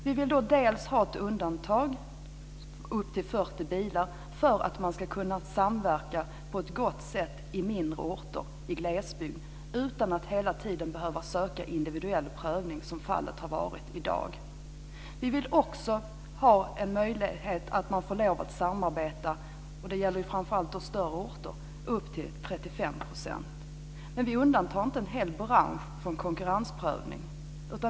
Vi vill då ha ett undantag upp till 40 bilar för att man ska kunna samverka på ett gott sätt på mindre orter i glesbygd utan att hela tiden behöva söka individuell prövning, som fallet är i dag. Vi vill också att man ska ha en möjlighet att samarbeta, framför allt på större orter, upp till 35 %. Men vi undantar inte en hel bransch från konkurrensprövning.